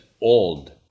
old